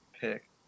pick